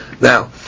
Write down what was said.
Now